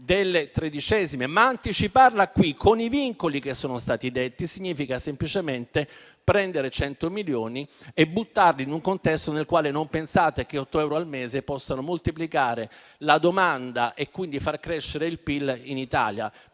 delle tredicesime. Tuttavia, anticiparla con i vincoli che sono stati detti significa semplicemente prendere 100 milioni e buttarli in un contesto nel quale non dovete pensare che 8 euro al mese possano moltiplicare la domanda e, quindi, far crescere il PIL in Italia.